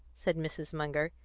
said mrs. munger.